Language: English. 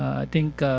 i think,